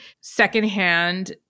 secondhand